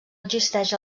existeix